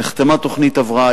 נחתמה תוכנית הבראה.